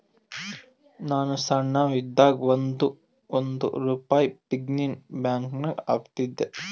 ನಾನು ಸಣ್ಣವ್ ಇದ್ದಾಗ್ ಒಂದ್ ಒಂದ್ ರುಪಾಯಿ ಪಿಗ್ಗಿ ಬ್ಯಾಂಕನಾಗ್ ಹಾಕ್ತಿದ್ದೆ